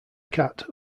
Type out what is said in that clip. cat